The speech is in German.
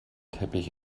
teppich